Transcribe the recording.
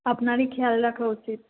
আপনারই খেয়াল রাখা উচিত